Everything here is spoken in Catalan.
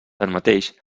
tanmateix